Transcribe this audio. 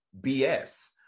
bs